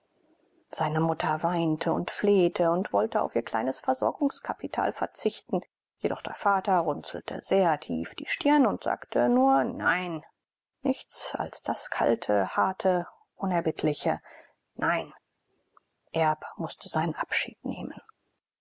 seine mutter weinte und flehte und wollte auf ihr kleines versorgungskapital verzichten jedoch der vater runzelte sehr tief die stirn und sagte nur nein nichts als das kalte harte unerbittliche nein erb mußte seinen abschied nehmen